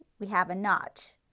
we have a notch.